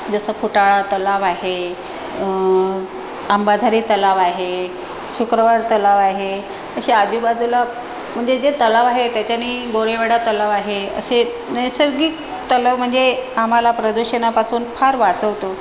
जसं फुटाळा तलाव आहे आंबाझारी तलाव आहे शुक्रवार तलाव आहे असे आजूबाजूला म्हणजे जे तलाव आहे त्याच्यानी बोळीवडा तलाव आहे असे नैसर्गिक तलाव म्हणजे आम्हाला प्रदूषणापासून फार वाचवतो